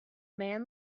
man